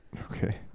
Okay